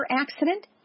accident